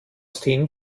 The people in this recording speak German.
steen